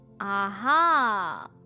Aha